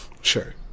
Sure